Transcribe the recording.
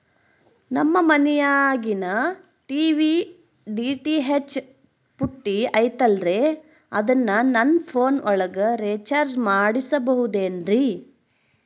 ನಮ್ಮ ಮನಿಯಾಗಿನ TV DTH ಪುಟ್ಟಿ ಐತಲ್ರೇ ಅದನ್ನ ನನ್ನ ಪೋನ್ ಒಳಗ ರೇಚಾರ್ಜ ಮಾಡಸಿಬಹುದೇನ್ರಿ?